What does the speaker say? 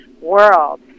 world